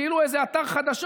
כאילו הוא איזה אתר חדשות,